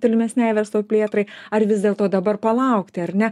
tolimesniai verslo plėtrai ar vis dėlto dabar palaukti ar ne